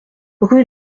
rue